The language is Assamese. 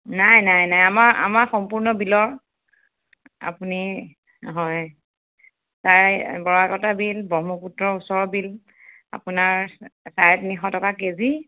নাই নাই নাই আমাৰ আমাৰ সম্পূৰ্ণ বিলৰ আপুনি হয় প্ৰায় বৰাকটা বিল ব্ৰহ্মপুত্ৰৰ ওচৰৰ বিল আপোনাৰ চাৰে তিনিশ টকা কেজি